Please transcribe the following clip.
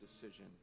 decision